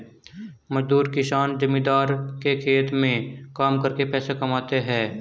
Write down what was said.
मजदूर किसान जमींदार के खेत में काम करके पैसा कमाते है